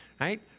right